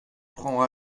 prend